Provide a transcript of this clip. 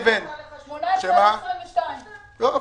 זה מאוד משתנה,